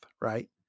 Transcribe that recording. right